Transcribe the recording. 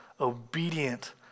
obedient